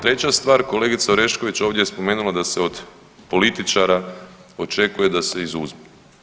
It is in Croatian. Treća stvar, kolegica Orešković ovdje je spomenula da se od političara očekuje da se izuzmu.